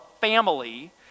family